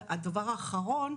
במאה אחוז?